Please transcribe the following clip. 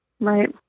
Right